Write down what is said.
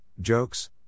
jokes